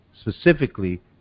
specifically